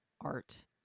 art